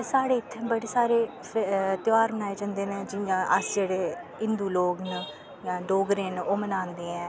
ते साढ़े इत्थे बड़े सारे ध्यार बनाए जंदे नै जियां अस जेह्ड़े हिन्दु लोग नै जां डोगरे न ओहे बनादे ऐं